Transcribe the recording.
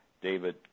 David